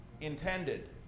intended